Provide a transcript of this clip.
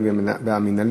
בעד,